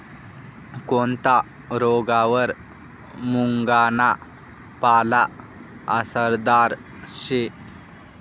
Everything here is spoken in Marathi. कोनता रोगवर मुंगना पाला आसरदार शे